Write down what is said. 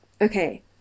Okay